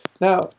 Now